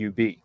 UB